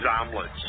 omelets